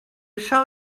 show